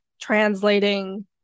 translating